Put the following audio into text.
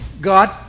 God